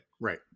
Right